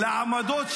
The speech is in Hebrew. איימן,